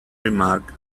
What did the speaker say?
remark